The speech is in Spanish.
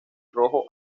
rojo